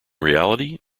reality